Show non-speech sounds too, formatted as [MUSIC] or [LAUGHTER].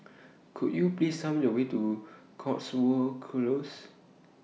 Could YOU [UNINTELLIGIBLE] Me The Way to Cotswold Close